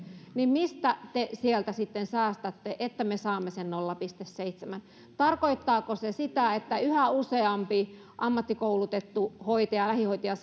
mistä te sieltä sitten säästätte että me saamme sen nolla pilkku seitsemän tarkoittaako se sitä että yhä useampi ammattikoulutettu hoitaja lähihoitaja